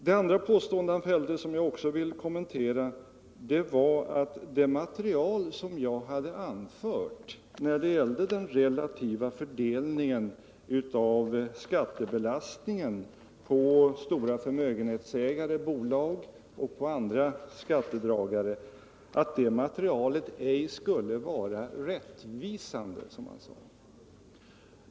| Det andra påståendet som herr Josefson fällde och som jag också vill kommentera var att det material som jag anfört när det gällde den relativa fördelningen av skattebelastningen på stora förmögenhetsägare, bolag och andra skattedragare ej skulle vara rättvisande.